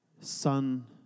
son